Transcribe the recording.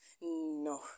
no